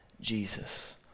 Jesus